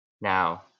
Now